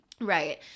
right